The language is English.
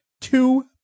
two